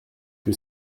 que